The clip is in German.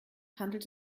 handelt